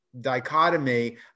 dichotomy